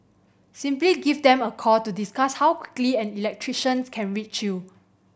simply give them a call to discuss how quickly an electrician can reach you